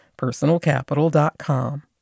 personalcapital.com